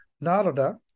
Narada